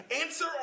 answer